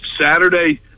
Saturday